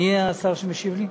מי השר שמשיב לי?